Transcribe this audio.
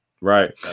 right